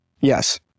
Yes